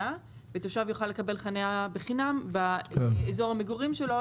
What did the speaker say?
ותושב יוכל לקבל חנייה בחינם באזור המגורים שלו,